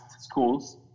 schools